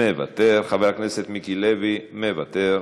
מוותר, חבר הכנסת מיקי לוי, מוותר,